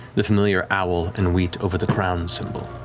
the familiar owl and wheat over the crown symbol.